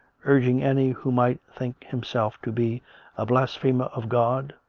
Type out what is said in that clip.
urging any who might think himself to be a blasphemer of god,